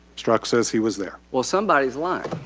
strzok says he was there. well, somebody's lying.